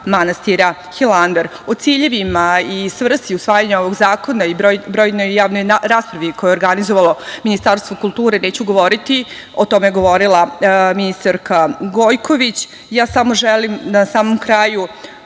manastira Hilandar.O ciljevima i svrsi usvajanja ovog zakona i o brojnim javnim raspravama koje je organizovalo Ministarstvo kulture neću govoriti. O tome je govorila ministarka Gojković. Želim na samom kraju